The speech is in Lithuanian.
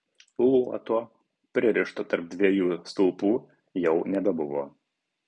luoto pririšto tarp dviejų stulpų jau nebebuvo